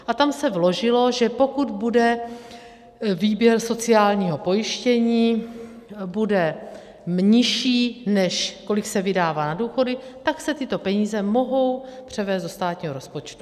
A tam se vložilo, že pokud bude výběr sociálního pojištění, bude nižší, než kolik se vydává na důchody, tak se tyto peníze mohou převést do státního rozpočtu.